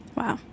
wow